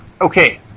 Okay